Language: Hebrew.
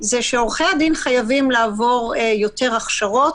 שעורכי הדין חייבים לעבור יותר הכשרות,